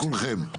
כולכם,